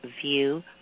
view